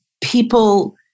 people